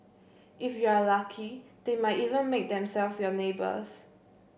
if you are lucky they might even make themselves your neighbours